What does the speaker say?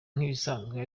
nk’ibisanzwe